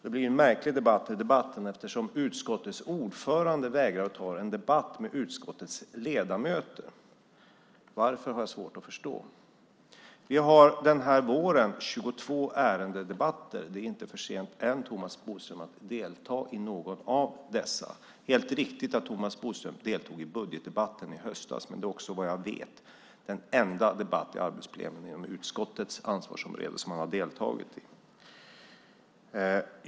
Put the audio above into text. Det blir en märklig debatt i debatten, eftersom utskottets ordförande vägrar att ta en debatt med utskottets ledamöter. Jag har svårt att förstå varför. Den här våren har vi 22 ärendedebatter. Det är inte för sent, Thomas Bodström, att delta i någon av dessa. Det är helt riktigt att Thomas Bodström deltog i budgetdebatten i höstas, men vad jag vet är det också den enda debatt i ett arbetsplenum inom utskottets ansvarsområde som han har deltagit i.